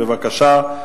בבקשה.